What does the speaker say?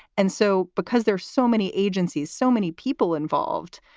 and so because there's so many agencies, so many people involved,